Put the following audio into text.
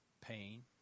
pain